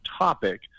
topic